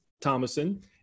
Thomason